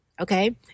okay